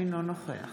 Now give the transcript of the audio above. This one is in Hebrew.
אינו נוכח